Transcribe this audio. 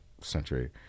century